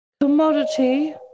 commodity